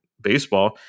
baseball